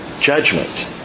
judgment